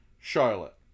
Charlotte